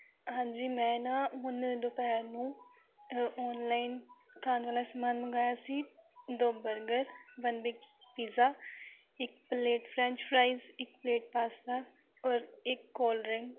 ਹਾਂਜੀ ਮੈਂ ਨਾ ਹੁਣ ਦੁਪਹਿਰ ਨੂੰ ਔਨਲਾਈਨ ਖਾਣ ਵਾਲਾ ਸਮਾਨ ਮੰਗਵਾਇਆ ਸੀ ਦੋ ਬਰਗਰ ਵਨ ਬਿੱਗ ਪਿੱਜ਼ਾ ਇੱਕ ਪਲੇਟ ਫਰੈਂਚ ਫਰਾਈਜ਼ ਇੱਕ ਪਲੇਟ ਪਾਸਤਾ ਔਰ ਇੱਕ ਕੋਲਡ ਡਰਿੰਕ